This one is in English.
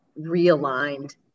realigned